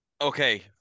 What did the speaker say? Okay